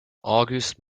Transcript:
august